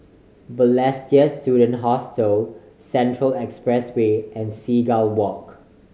Balestier Student Hostel Central Expressway and Seagull Walk